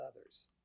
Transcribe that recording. others